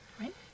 Right